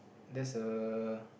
that's a